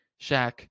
Shaq